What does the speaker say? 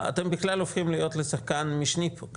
אתם בכלל הופכים להיות לשחקן משני פה.